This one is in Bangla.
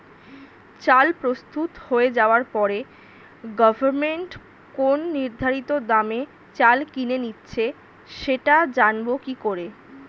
চাল প্রস্তুত হয়ে যাবার পরে গভমেন্ট কোন নির্ধারিত দামে চাল কিনে নিচ্ছে সেটা জানবো কি করে?